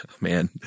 man